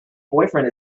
boyfriend